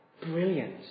brilliant